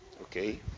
Okay